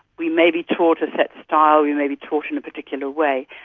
we may be taught a set style, we may be taught in a particular way,